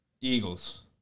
Eagles